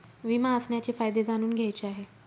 विमा असण्याचे फायदे जाणून घ्यायचे आहे